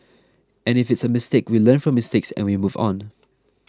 and if it's a mistake we learn from mistakes and we move on